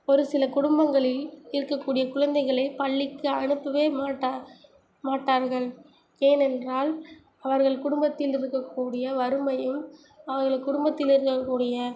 ஒரு சில குடும்பங்களில் இருக்கக்கூடிய குழந்தைகளை பள்ளிக்கு அனுப்பவே மாட்டார் மாட்டார்கள் ஏனென்றால் அவர்கள் குடும்பத்தில் இருக்கக்கூடிய வறுமையும் அவர்கள் குடும்பத்தில் இருக்கக்கூடிய